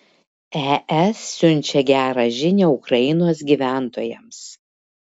es siunčia gerą žinią ukrainos gyventojams